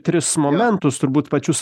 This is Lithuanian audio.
tris momentus turbūt pačius